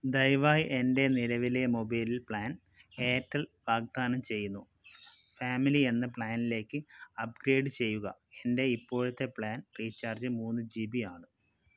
ദയവായി എൻ്റെ നിലവിലേ മൊബൈൽ പ്ലാൻ എയർട്ടെൽ വാഗ്ദാനം ചെയ്യുന്നു ഫാമിലി എന്ന പ്ലാനിലേക്ക് അപ്ഗ്രേഡ് ചെയ്യുക എൻ്റെ ഇപ്പോഴത്തേ പ്ലാൻ റീചാർജ്ജ് മൂന്ന് ജി ബിയാണ്